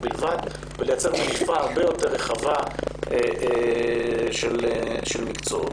בלבד ולייצר מניפה הרבה יותר רחבה של מקצועות.